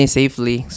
safely